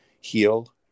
heal